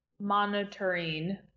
Monitoring